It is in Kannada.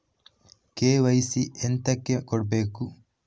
ಕೆ.ವೈ.ಸಿ ಎಂತಕೆ ಕೊಡ್ಬೇಕು?